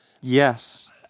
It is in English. Yes